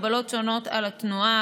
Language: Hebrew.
הגבלות שונות על התנועה,